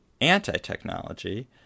anti-technology